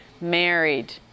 married